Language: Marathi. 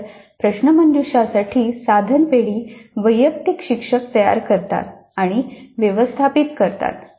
तर प्रश्नमंजुषा साठी साधन पेढी वैयक्तिक शिक्षक तयार करतात आणि व्यवस्थापित करतात